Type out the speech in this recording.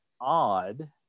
odd